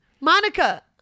monica